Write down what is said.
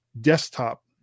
desktop